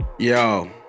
Yo